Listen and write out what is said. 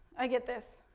i get this.